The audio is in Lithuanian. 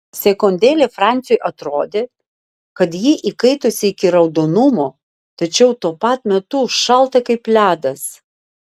sekundėlę franciui atrodė kad ji įkaitusi iki raudonumo tačiau tuo pat metu šalta kaip ledas